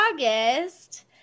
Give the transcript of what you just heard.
august